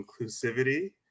inclusivity